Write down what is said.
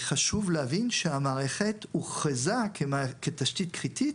חשוב להבין שהמערכת הוכרזה כתשתית קריטית